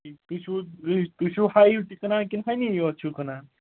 تُہۍ چھُو تُہۍ چھُو ہایِو تہِ کٕنان کِنہٕ ہَنی یوٚت چھِو کٕنان